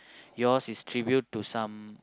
yours is tribute to some